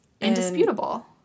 Indisputable